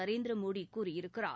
நரேந்திர மோடி கூறியிருக்கிறார்